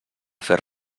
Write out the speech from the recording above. fer